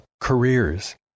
careers